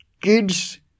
kids